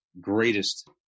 greatest